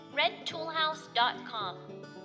redtoolhouse.com